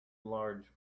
large